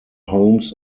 homes